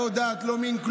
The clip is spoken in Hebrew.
לא דת ולא מין,